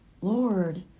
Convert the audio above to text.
Lord